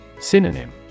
Synonym